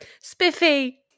spiffy